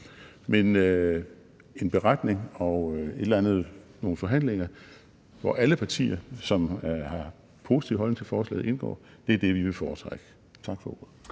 liv. En beretning eller nogle forhandlinger, hvor alle partier, som har en positiv holdning til forslaget, indgår, er det, vi vil foretrække. Tak for ordet.